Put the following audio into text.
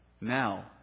Now